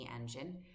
Engine